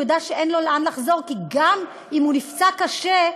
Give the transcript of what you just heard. והוא ידע שאין לו לאן לחזור כי גם אם הוא נפצע קשה,